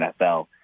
NFL